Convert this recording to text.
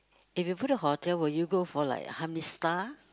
if you book the hotel will you go for like how many star